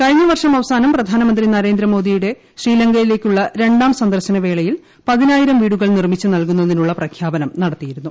കഴിഞ്ഞ വർഷം അവസാനം പ്രധാനമന്ത്രി നരേന്ദ്രമോദിയുടെ ശ്രീലങ്കയിലേക്കുള്ള രണ്ടാം സന്ദർശനവേളയിൽ പതിനായിരം വീടുകൾ നിർമ്മിച്ച് നല്കുന്നതിനുള്ള പ്രഖ്യാപനം നടത്തിയിരുന്നു